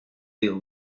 deal